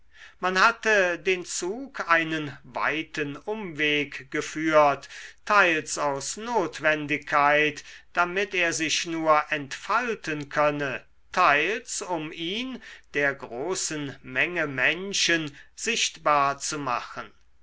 man hatte den zug einen weiten umweg geführt teils aus notwendigkeit damit er sich nur entfalten könne teils um ihn der großen menge menschen sichtbar zu machen